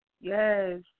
Yes